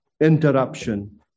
interruption